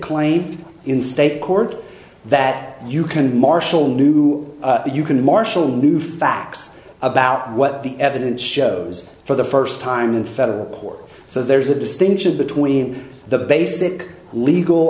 claim in state court that you can marshal new you can marshal new facts about what the evidence shows for the first time in federal court so there's a distinction between the basic legal